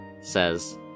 says